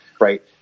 right